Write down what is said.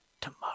tomorrow